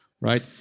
right